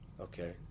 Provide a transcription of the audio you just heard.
okay